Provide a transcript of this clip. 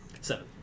Seven